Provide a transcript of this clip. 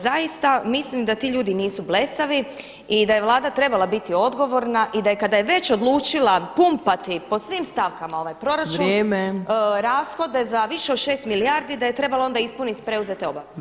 Zaista mislim da ti ljudi nisu blesavi i da je Vlada trebala biti odgovorna i da kada je već odlučila pumpati po svim stavkama ovaj proračun rashode za više od 6 milijardi, da je trebala ispuniti preuzete obaveze.